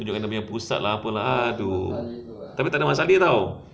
dia tunjukkan dia punya pusat lah apa lah tu tapi tak ada mat salleh [tau]